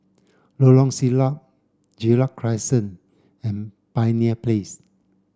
Lorong Siglap Gerald Crescent and Pioneer Place